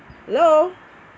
hello